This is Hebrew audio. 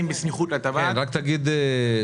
ברשותך אדוני היושב-ראש,